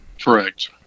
Correct